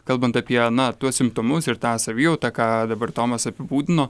kalbant apie na tuos simptomus ir tą savijautą ką dabar tomas apibūdino